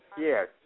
Yes